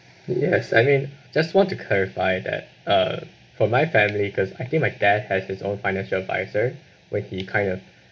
yes I mean just want to clarify that uh for my family cause I think my dad has his own financial advisor where he kind of